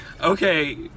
okay